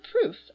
proof